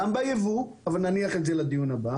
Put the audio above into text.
גם בייבוא אבל נניח את זה לדיון הבא